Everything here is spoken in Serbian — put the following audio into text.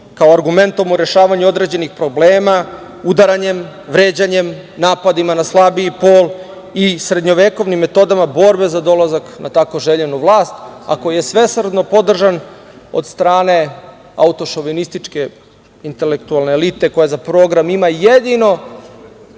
kao argumentom u rešavanju određenih problema, udaranjem, vređanjem, napadima na slabiji pol i srednjovekovnim metodama borbe za dolazak na tako željenu vlast, a koji je svesrdno podržan od strane auto-šovinističke intelektualne elite, koja za program ima jedino